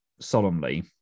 solemnly